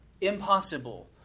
Impossible